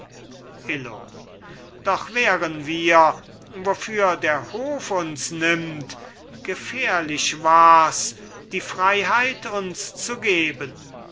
illo doch wären wir wofür der hof uns nimmt gefährlich wars die freiheit uns zu geben